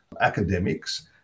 academics